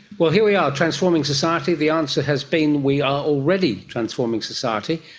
well, here we are transforming society. the answer has been we are already transforming society.